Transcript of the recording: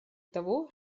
того